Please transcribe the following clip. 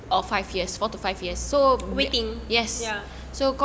waiting